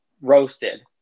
roasted